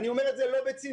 אני אומר את זה לא בציניות,